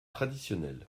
traditionnel